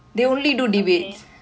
okay